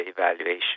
evaluation